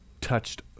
touched